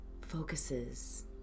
focuses